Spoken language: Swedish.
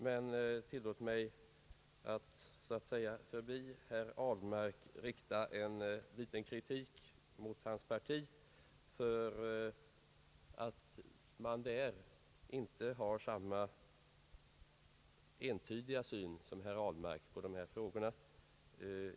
Men tillåt mig att så att säga förbi herr Ahlmark rikta en liten kritik mot hans parti för att man där inte har samma entydiga syn som herr Ahlmark på dessa frågor.